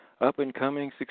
up-and-coming